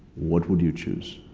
what would you choose?